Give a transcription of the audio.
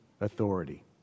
authority